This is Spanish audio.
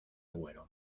agüero